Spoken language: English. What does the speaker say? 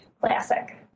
Classic